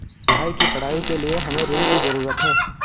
भाई की पढ़ाई के लिए हमे ऋण की जरूरत है